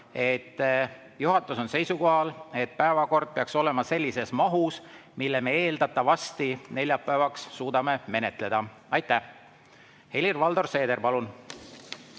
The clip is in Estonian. juhatus on seisukohal, et päevakord peaks olema sellises mahus, mille me eeldatavasti suudame neljapäevaks ära menetleda. Helir-Valdor Seeder, palun!